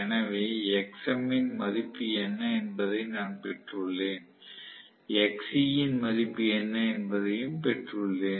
எனவே Xm ன் மதிப்பு என்ன என்பதை நான் பெற்றுள்ளேன் Xc ன் மதிப்பு என்ன என்பதையும் பெற்றுள்ளேன்